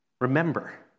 Remember